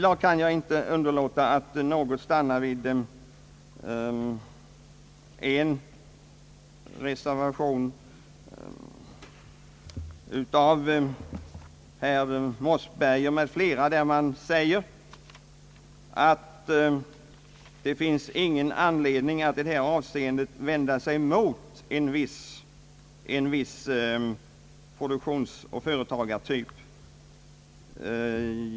Jag kan inte underlåta att något stanna vid en reservation av herr Mossberger m.fl., vari framhålles att det inte finns någon anledning att i detta avseende vända sig emot en viss produktionsoch företagstyp.